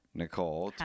nicole